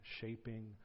shaping